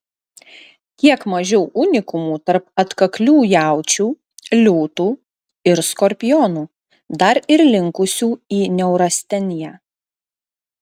kiek mažiau unikumų tarp atkaklių jaučių liūtų ir skorpionų dar ir linkusių į neurasteniją